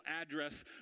address